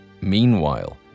Meanwhile